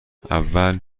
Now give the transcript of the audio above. اول